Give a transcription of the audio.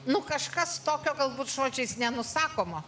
nu kažkas tokio galbūt žodžiais nenusakomo